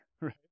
Right